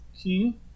key